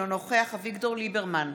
אינו נוכח אביגדור ליברמן,